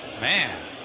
Man